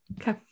Okay